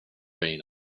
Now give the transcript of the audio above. rhain